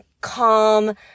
calm